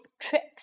tricks